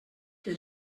que